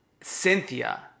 Cynthia